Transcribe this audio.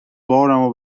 بارمو